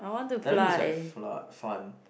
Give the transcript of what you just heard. diving is like fla~ fun